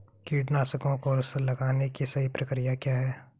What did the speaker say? कीटनाशकों को लगाने की सही प्रक्रिया क्या है?